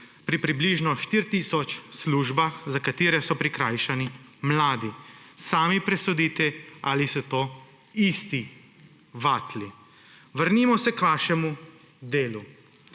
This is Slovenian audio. pri približno 4 tisoč službah, za katere so prikrajšani mladi. Sami presodite, ali so to isti vatli. Vrnimo se k vašemu delu.